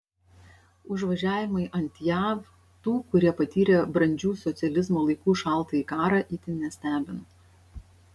užvažiavimai ant jav tų kurie patyrė brandžių socializmo laikų šaltąjį karą itin nestebina